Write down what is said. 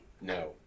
No